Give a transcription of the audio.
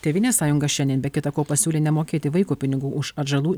tėvynės sąjunga šiandien be kita ko pasiūlė nemokėti vaiko pinigų už atžalų